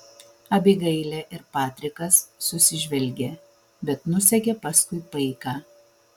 abigailė ir patrikas susižvelgė bet nusekė paskui paiką